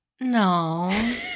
No